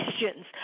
questions